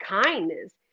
kindness